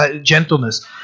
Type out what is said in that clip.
gentleness